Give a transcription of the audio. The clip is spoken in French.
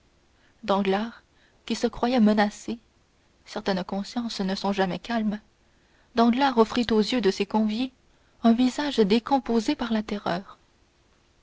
danglars qui se croyait menacé certaines consciences ne sont jamais calmes danglars offrit aux yeux de ses conviés un visage décomposé par la terreur